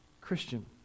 Christian